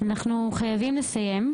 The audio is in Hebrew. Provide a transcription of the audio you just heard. אנחנו חייבים לסיים.